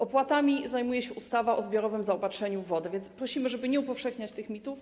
Opłatami zajmuje się ustawa o zbiorowym zaopatrzeniu w wodę, więc prosimy, żeby nie upowszechniać tych mitów.